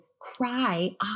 cry